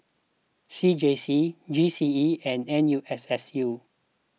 C J C G C E and N U S S U